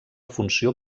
funció